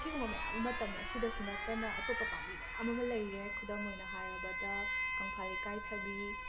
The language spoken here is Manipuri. ꯁꯤꯒꯨꯝꯕ ꯃꯌꯥꯝ ꯑꯃ ꯇꯝꯃꯦ ꯁꯤꯗꯁꯨ ꯅꯠꯇꯅ ꯑꯇꯣꯞꯄ ꯄꯥꯝꯕꯤ ꯃꯌꯥꯝ ꯑꯃ ꯂꯩꯔꯦ ꯈꯨꯗꯝ ꯑꯣꯏꯅ ꯍꯥꯏꯔꯕꯗ ꯀꯪꯐꯥꯜ ꯏꯀꯥꯏꯊꯕꯤ